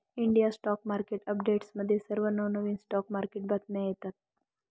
India stock market अपडेट्समध्ये सर्व नवनवीन स्टॉक मार्केट बातम्या येतात